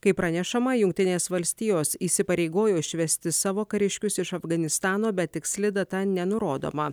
kaip pranešama jungtinės valstijos įsipareigojo išvesti savo kariškius iš afganistano bet tiksli data nenurodoma